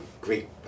great